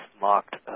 marked